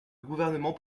gouvernement